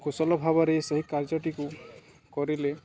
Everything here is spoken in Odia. କୁଶଳ ଭାବରେ ସେହି କାର୍ଯ୍ୟଟିକୁ କରିଲେ